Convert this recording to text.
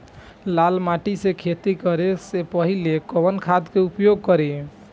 लाल माटी में खेती करे से पहिले कवन खाद के उपयोग करीं?